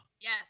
Yes